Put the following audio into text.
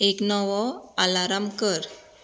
एक नवो आलार्म कर